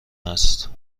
است